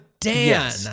Dan